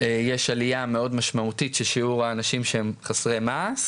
יש עלייה מאוד משמעותית של שיעור האנשים הם חסרי מעש,